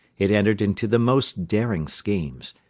it entered into the most daring schemes,